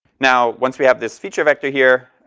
now once we have this feature vector here,